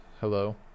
hello